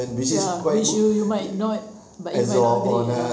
ya which you you might not but you might not agree ah